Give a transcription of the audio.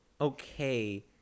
okay